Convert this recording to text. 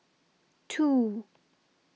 two